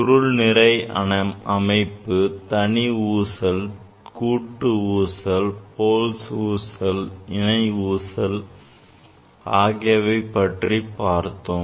சுருள் நிறை அமைப்பு தனி ஊசல் கூட்டு ஊசல் Pohls ஊசல் இணை ஊசல் ஆகியவை பற்றிப் பார்த்தோம்